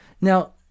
Now